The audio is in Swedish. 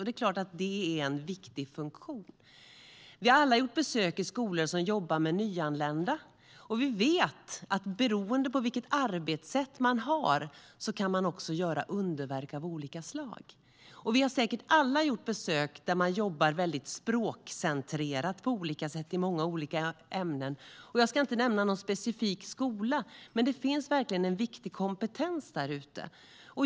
Det är klart att det är en viktig funktion. Vi har alla gjort besök på skolor som jobbar med nyanlända, och vi vet att beroende på vilket arbetssätt man har kan man också göra underverk av olika slag. Vi har säkert alla besökt skolor där man jobbar väldigt språkcentrerat på olika sätt i många olika ämnen. Jag ska inte nämna någon specifik skola, men det finns verkligen en viktig kompetens där ute.